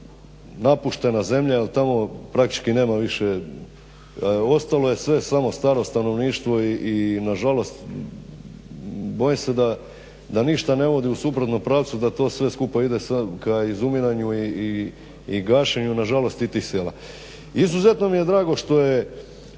napuštena zemlja jel tamo praktički nema više, ostalo je sve samo staro stanovništvo i nažalost bojim se da ništa ne vodi u suprotnom pravcu da to sve skupa ide ka izumiranju i gašenju nažalost i tih sela. Izuzetno mi je drago što je